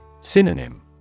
Synonym